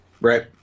Right